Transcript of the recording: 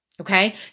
Okay